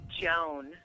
joan